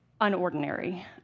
unordinary